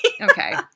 Okay